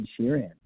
Sheeran